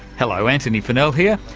hello, antony funnell here,